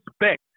respect